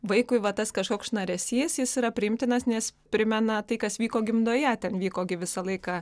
vaikui va tas kažkoks šnaresys jis yra priimtinas nes primena tai kas vyko gimdoje ten vyko gi visą laiką